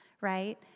right